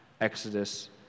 Exodus